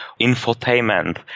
infotainment